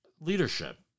leadership